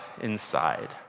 inside